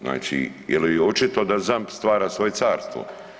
Znači jer je očito da ZAMP stvara svoje carstvo.